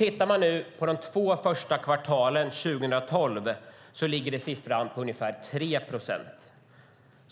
Under de två första månaderna 2012 ligger siffran på ungefär 3 procent.